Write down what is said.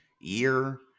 year